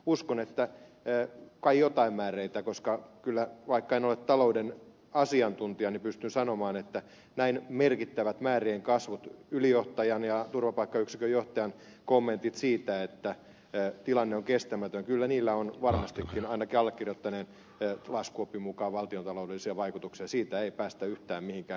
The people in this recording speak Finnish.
uskon että kai joillain määreillä vaikka en ole talouden asiantuntija niin pystyn sanomaan että näin merkittävät määrien kasvut ylijohtajan ja turvapaikkayksikön johtajan kommentit siitä että tilanne on kestämätön kyllä niillä on varmastikin ainakin allekirjoittaneen laskuopin mukaan valtiontaloudellisia vaikutuksia siitä ei päästä yhtään mihinkään